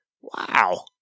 Wow